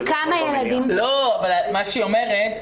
שכמו שאמרתי,